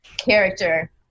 character